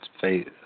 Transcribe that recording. faith